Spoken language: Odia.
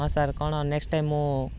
ହଁ ସାର୍ କ'ଣ ନେକ୍ସଟ୍ ଟାଇମ୍ ମୁଁ